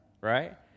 Right